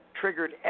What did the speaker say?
triggered